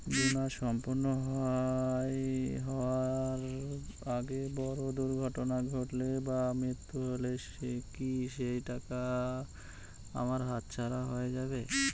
বীমা সম্পূর্ণ হওয়ার আগে বড় দুর্ঘটনা ঘটলে বা মৃত্যু হলে কি সেইটাকা আমার হাতছাড়া হয়ে যাবে?